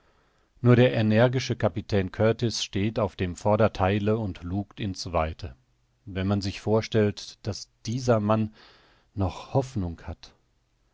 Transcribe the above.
nur der energische kapitän kurtis steht auf dem vordertheile und lugt in's weite wenn man sich vorstellt daß dieser mann noch hoffnung hat